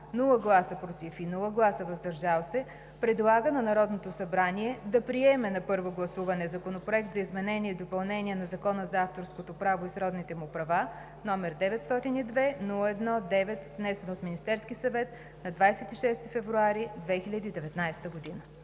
без „против“ и „въздържал се“ предлага на Народното събрание да приеме на първо гласуване Законопроект за изменение и допълнение на Закона за авторското право и сродните му права, № 902-01-9, внесен от Министерския съвет на 26 февруари 2019 г.“